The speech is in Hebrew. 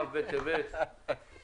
כ' בטבת התשפ"א.